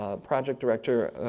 ah project director,